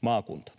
maakunta.